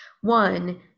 One